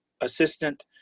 assistant